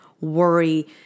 worry